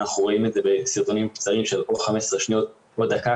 אנחנו רואים את זה בסרטונים קצרים של או 15 שניות או דקה,